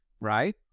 right